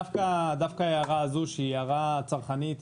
דווקא ההערה הזאת שהיא הערה צרכנית,